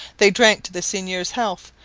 they drank to the seigneur's health,